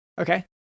okay